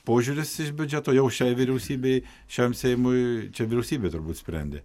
požiūris iš biudžeto jau šiai vyriausybei šiam seimui čia vyriausybė turbūt sprendė